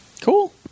Cool